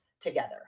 together